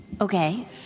Okay